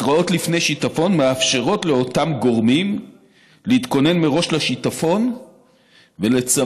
התראות לפני שיטפון מאפשרות לאותם גורמים להתכונן מראש לשיטפון ולצמצם,